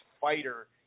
fighter